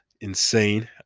insane